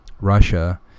Russia